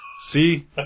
See